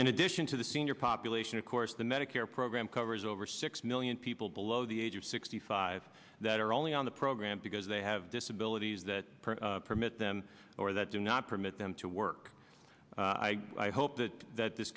in addition to the senior population of course the medicare program covers over six million people below the age of sixty five that are only on the program because they have disabilities that permit them or that do not permit them to work i hope that that this